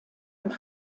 und